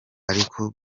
ariko